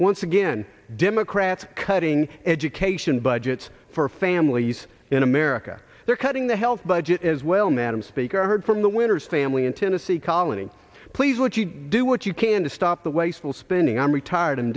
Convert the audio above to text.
once again democrats cutting education budgets for families in america they're cutting the health budget as well madam speaker i heard from the winners family in tennessee colony please would you do what you can to stop the wasteful spending i'm retired i'm